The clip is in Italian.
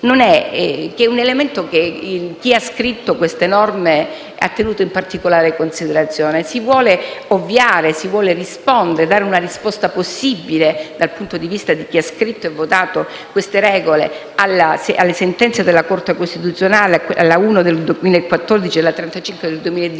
con un altro elemento che chi ha scritto queste norme ha tenuto in particolare considerazione. Si vuole dare una risposta possibile, dal punto di vista di chi ha scritto e votato queste regole, alle sentenze della Corte costituzionale, la n. 1 del 2014 e la n. 35 del 2017,